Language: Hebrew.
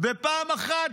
ופעם אחת,